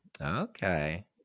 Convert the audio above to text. Okay